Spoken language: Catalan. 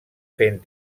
fent